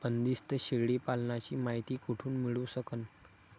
बंदीस्त शेळी पालनाची मायती कुठून मिळू सकन?